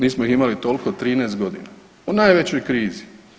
Nismo ih imali toliko 13 godina, u najvećoj krizi.